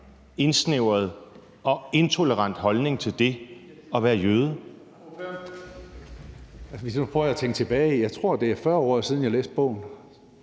indsnævret og intolerant holdning til det at være jøde?